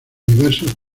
diversos